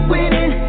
Winning